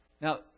Now